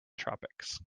tropics